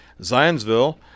Zionsville